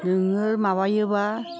नोङो माबायोबा